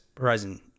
Horizon